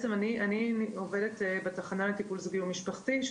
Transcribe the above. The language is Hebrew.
אני עובדת בתחנה לטיפול זוגי ומשפחתי.